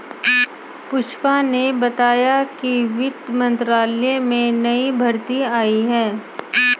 पुष्पा ने बताया कि वित्त मंत्रालय में नई भर्ती आई है